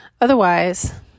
Otherwise